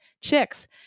chicks